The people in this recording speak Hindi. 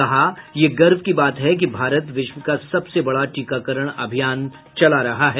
कहा ये गर्व की बात है कि भारत विश्व का सबसे बडा टीकाकरण अभियान चला रहा है